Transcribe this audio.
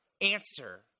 answer